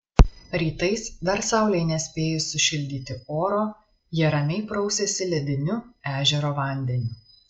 rytais dar saulei nespėjus sušildyti oro jie ramiai prausiasi lediniu ežero vandeniu